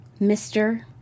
Mr